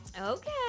Okay